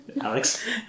Alex